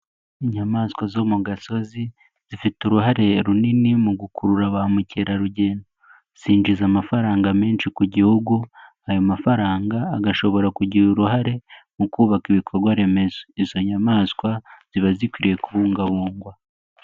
Inyamaswa zo mu gasozi, zifite uruhare runini mu gukurura ba mukerarugendo, zinjiza amafaranga menshi ku gihugu, ayo mafaranga agashobora kugira uruhare mu kubaka ibikorwa remezo izo nyamaswa ziba zikwiriye kubungabungwa.